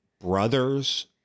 brothers